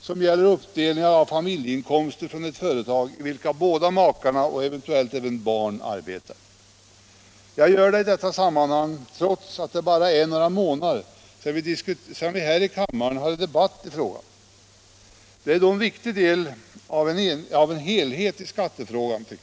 som gäller uppdelningen av familjeinkomster från ett företag i vilket båda makarna och eventuellt även barn arbetar. Jag gör det i detta sammanhang, trots att det bara är några månader sedan vi i kammaren hade en debatt i frågan. Den är dock en viktig del av helheten när det gäller beskattningen.